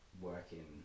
working